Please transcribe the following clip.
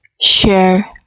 share